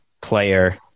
player